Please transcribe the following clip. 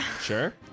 Sure